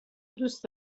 دوست